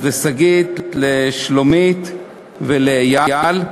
אז לשגית, לשלומית ולאייל,